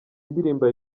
indirimbo